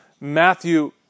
Matthew